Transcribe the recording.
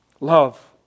Love